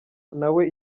nawe